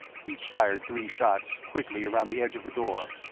he fired three shots, quickly, around the edge of the door.